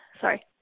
sorry